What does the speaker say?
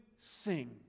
sing